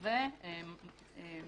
אני מדבר על מה שאיתי דיבר.